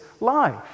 life